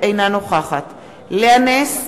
אינה נוכחת לאה נס,